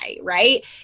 right